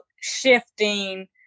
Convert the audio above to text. shifting